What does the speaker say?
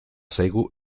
zaigu